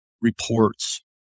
reports